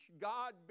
God